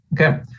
Okay